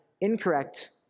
incorrect